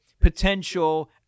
Potential